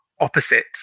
opposite